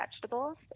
vegetables